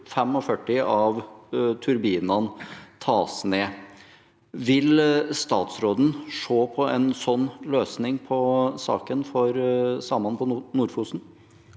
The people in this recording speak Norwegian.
45 av turbinene tas ned. Vil statsråden se på en slik løsning på saken for samene på Nord-Fosen?